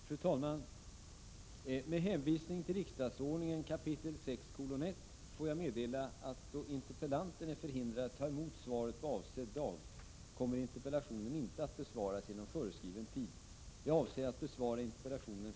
Fru talman! Med hänvisning till riksdagsordningen kap. 6:1 får jag meddela att då interpellanten är förhindrad att ta emot svaret på avsedd dag kommer interpellationen inte att besvaras inom föreskriven tid.